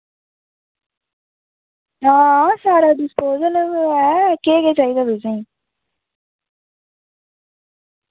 हां सारा डिस्पोजल ऐ केह् केह् चाहिदा तुसें